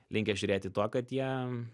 linkęs žiūrėti tuo kad jie